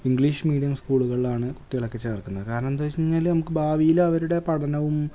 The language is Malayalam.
ഇംഗ്ലീഷ് മീഡിയം സ്കൂളുകളാണ് കുട്ടികളൊക്കെ ചേർക്കുന്നതു കാരണം എന്താണെന്നു വെച്ചു കഴിഞ്ഞാൽ നമുക്ക് ഭാവിയിലവരുടെ പഠനവും